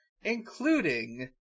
including